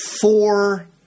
four